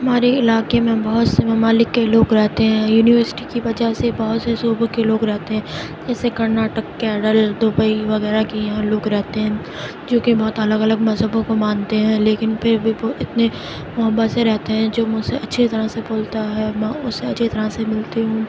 ہمارے علاقے میں بہت سے ممالک کے لوگ رہتے ہیں یونیوسٹی کی وجہ سے بہت سے صوبوں کے لوگ رہتے ہیں جیسے کرناٹک کیرل دبئی وغیرہ کے یہاں لوگ رہتے ہیں کیونکہ بہت الگ الگ مذہبوں کو مانتے ہیں لیکن پھر بھی وہ اتنی محبت سے رہتے ہیں جو مجھ سے اچھی طرح سے بولتا ہےاور میں اسے اچھی طرح سے ملتی ہوں